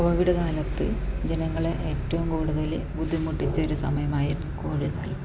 Covid കാലത്ത് ജനങ്ങളെ ഏറ്റവും കൂടുതൽ ബുദ്ധിമുട്ടിച്ച ഒരു സമയമായിരുന്നു കോവിഡ് കാലം